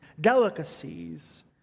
delicacies